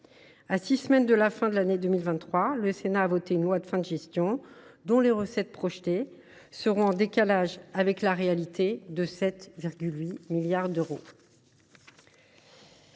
À six semaines de la fin de l’année 2023, le Sénat a voté une loi de fin de gestion dont les recettes projetées seront en décalage de 7,8 milliards d’euros